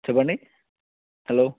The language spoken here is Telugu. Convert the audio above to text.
చెప్పండి హలో